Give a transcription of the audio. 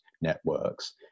networks